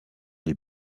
les